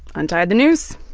untied the noose,